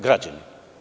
Građanin.